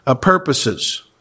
purposes